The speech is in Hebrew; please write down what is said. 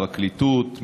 פרקליטות,